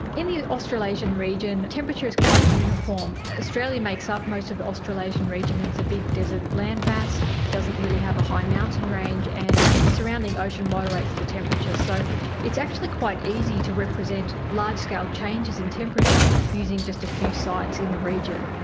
in the australasian region the temperature is quite uniform. australia makes up most of the australasian region and it's a big desert land mass, it doesn't really have a high mountain range, and the surrounding ocean moderates the temperature. so it's actually quite easy to represent large-scale changes in temperature using just a few sites in the region.